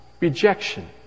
rejection